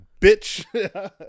bitch